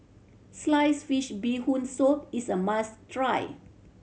sliced fish Bee Hoon Soup is a must try